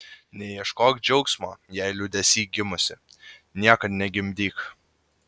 neieškok džiaugsmo jei liūdesy gimusi niekad negimdyk